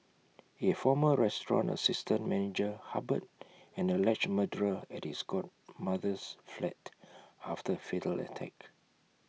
A former restaurant assistant manager harboured an alleged murderer at his godmother's flat after A fatal attack